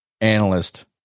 analyst